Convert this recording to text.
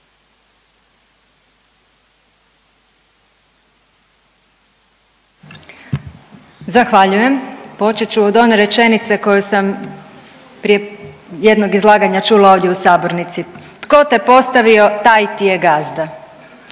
Zahvaljujem. Počet ću od one rečenice koju sam prije jednog izlaganja čula ovdje u sabornici. Tko te postavio taj ti je gazda.